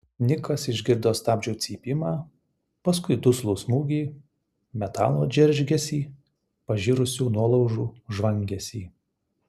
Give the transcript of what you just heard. nikas išgirdo stabdžių cypimą paskui duslų smūgį metalo džeržgesį pažirusių nuolaužų žvangesį